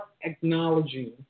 acknowledging